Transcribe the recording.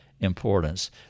importance